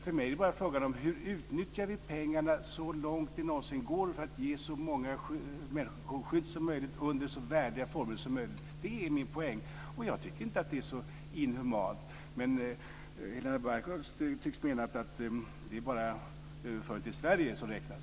För mig är det bara fråga om hur vi utnyttjar pengarna så långt det någonsin går för att ge så många människor som möjligt skydd under så värdiga former som möjligt. Det är min poäng. Jag tycker inte att det är så inhumant. Men Helena Bargholtz tycks mena att det bara är överföring till Sverige som räknas.